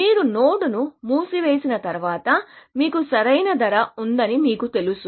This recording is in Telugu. మీరు నోడ్ను మూసివేసిన తర్వాత మీకు సరైన ధర ఉందని మీకు తెలుసు